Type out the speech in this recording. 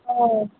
औ